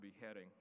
beheading